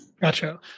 Gotcha